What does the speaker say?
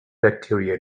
bacteria